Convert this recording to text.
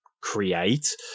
create